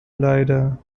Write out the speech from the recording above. leider